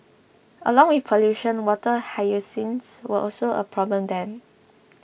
along with pollution water hyacinths were also a problem then